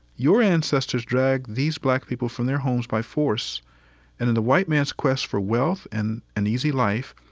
your ancestors dragged these black people from their homes by force, and in the white man's quest for wealth and an easy life,